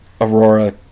Aurora